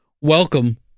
Welcome